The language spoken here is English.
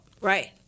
Right